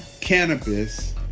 cannabis